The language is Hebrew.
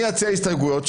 אני אציע הסתייגויות,